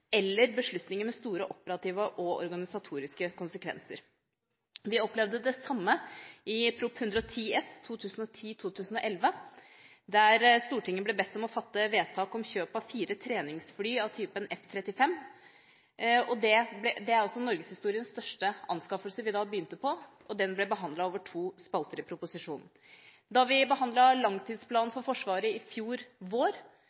eller skal ta beslutninger med store operative og organisatoriske konsekvenser. Vi opplevde det samme i forbindelse med Prop. 110 S for 2010–2011, der Stortinget ble bedt om å fatte vedtak om kjøp av fire treningsfly av typen F-35. Det var også norgeshistoriens største anskaffelse vi da begynte på, og den ble behandlet over to spalter i proposisjonen. Da vi behandlet langtidsplanen for Forsvaret i fjor vår,